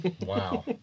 Wow